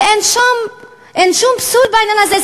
ואין שום פסול בעניין הזה.